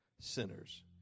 sinners